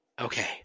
Okay